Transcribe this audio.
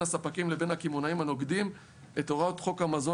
הספקים לבין הקמעונאים הנוגדים את הוראות חוק המזון